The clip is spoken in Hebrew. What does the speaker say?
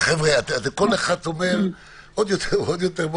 רגע, חבר'ה, כל אחד אומר עוד יותר ועוד יותר.